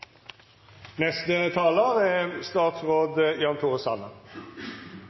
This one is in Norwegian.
Neste taler er